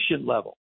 level